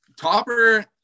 topper